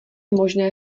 možné